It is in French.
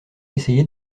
essayer